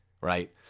right